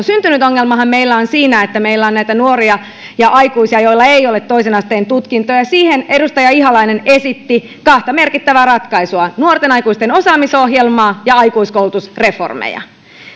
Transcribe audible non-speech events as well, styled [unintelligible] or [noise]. [unintelligible] syntynyt ongelmahan meillä on siinä että meillä on näitä nuoria ja aikuisia joilla ei ole toisen asteen tutkintoa siihen edustaja ihalainen esitti kahta merkittävää ratkaisua nuorten aikuisten osaamisohjelmaa ja aikuiskoulutusreformeja